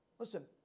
Listen